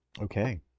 Okay